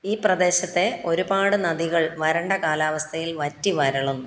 ഈ പ്രദേശത്തെ ഒരുപാട് നദികൾ വരണ്ട കാലാവസ്ഥയിൽ വറ്റി വരളുന്നു